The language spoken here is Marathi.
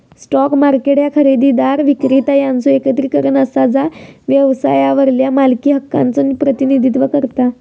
स्टॉक मार्केट ह्या खरेदीदार, विक्रेता यांचो एकत्रीकरण असा जा व्यवसायावरल्या मालकी हक्कांचा प्रतिनिधित्व करता